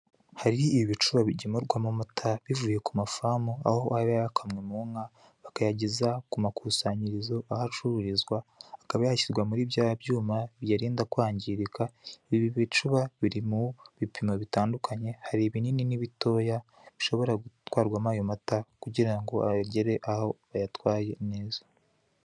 Hari ibicuba bigemurwamo amata bivuye ku mafamu, aho aba yakamwe mu nka, bakayageza ku makusanyirizo aho acururizwa, akaba yashyirwa muri bya byuma biyarinda kwangirika, ibi bicuba biri mu bipimo bitandukanye, hari ibinini n'ibitoya, bishobora gutwarwamo ayo mata kugira ngo agere aho bayatwaye neza.